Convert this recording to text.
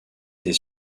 des